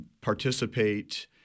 Participate